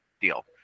deal